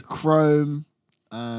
Chrome